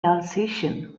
alsatian